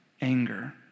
anger